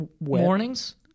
Mornings